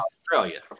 Australia